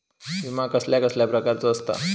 विमा कसल्या कसल्या प्रकारचो असता?